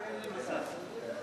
אדוני היושב-ראש, אני בעד ואין לי מסך.